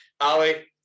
Ali